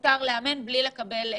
שמותר לאמן בלי לקבל כסף.